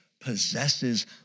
possesses